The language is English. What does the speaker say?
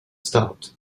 stopped